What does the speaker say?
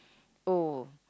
oh